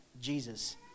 Jesus